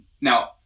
Now